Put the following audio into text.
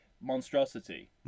monstrosity